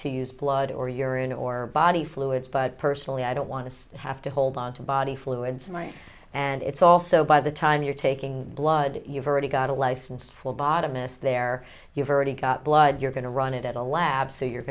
to use blood or urine or body fluids but personally i don't want to have to hold on to body fluids and it's also by the time you're taking blood you've already got a life and full bottom is there you've already got blood you're going to run it at a lab so you're